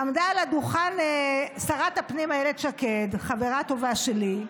עמדה על הדוכן שרת הפנים אילת שקד, חברה טובה שלי,